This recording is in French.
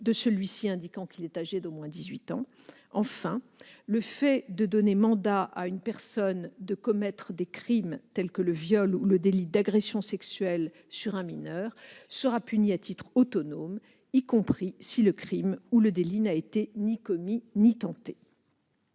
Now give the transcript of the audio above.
de celui-ci indiquant qu'il est âgé d'au moins 18 ans. Enfin, le fait de donner mandat à une personne de commettre des crimes tels que le viol ou le délit d'agression sexuelle sur un mineur sera puni à titre autonome, y compris si le crime ou le délit n'a été ni commis ni tenté.